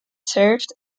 served